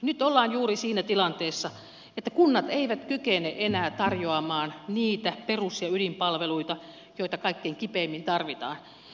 nyt ollaan juuri siinä tilanteessa että kunnat eivät kykene enää tarjoamaan niitä perus ja ydinpalveluita joita kaikkein kipeimmin tarvitaan